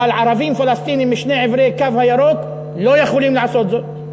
אבל ערבים פלסטינים משני עברי הקו הירוק לא יכולים לעשות זאת.